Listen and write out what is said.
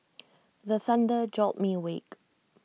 the thunder jolt me awake